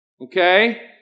Okay